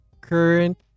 current